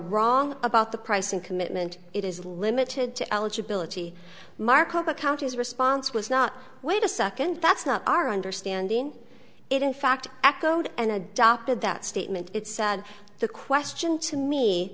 wrong about the pricing commitment it is limited to eligibility market account his response was not wait a second that's not our understanding it in fact echoed and adopted that statement it said the question to me